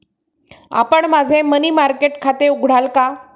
आपण माझे money market खाते उघडाल का?